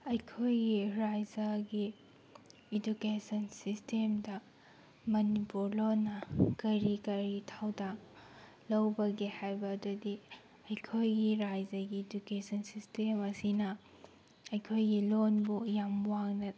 ꯑꯩꯈꯣꯏꯒꯤ ꯔꯥꯏꯖꯒꯤ ꯏꯗꯨꯀꯦꯁꯟ ꯁꯤꯁꯇꯦꯝꯗ ꯃꯅꯤꯄꯨꯔ ꯂꯣꯟꯅ ꯀꯔꯤ ꯀꯔꯤ ꯊꯧꯗꯥꯡ ꯂꯧꯕꯒꯦ ꯍꯥꯏꯕ ꯑꯗꯨꯗꯤ ꯑꯩꯈꯣꯏꯒꯤ ꯔꯥꯏꯖꯒꯤ ꯏꯗꯨꯀꯦꯁꯟ ꯁꯤꯁꯇꯦꯝ ꯑꯁꯤꯅ ꯑꯩꯈꯣꯏꯒꯤ ꯂꯣꯟꯕꯨ ꯌꯥꯝ ꯋꯥꯡꯅ